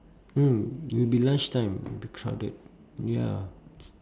oh it will be lunch time it will be crowded ya